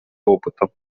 опытом